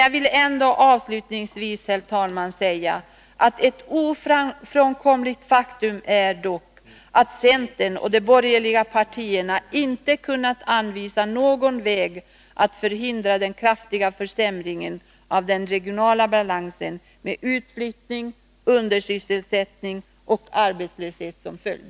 Jag vill ändå avslutningsvis, herr talman, säga att det är ett ofrånkomligt faktum att centern och de borgerliga partierna inte kunnat anvisa någon väg att förhindra den kraftiga försämringen av den regionala balansen, med utflyttning, undersysselsättning och arbetslöshet som följd.